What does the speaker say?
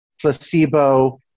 placebo